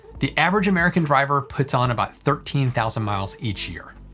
the average american driver puts on about thirteen thousand miles each year.